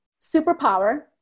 superpower